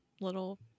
Little